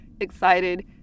excited